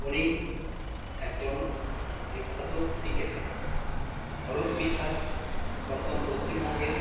উনি একজন বিখ্যাত ক্রিকেটার অরূপ বিশ্বাস বর্তমান পশ্চিমবঙ্গের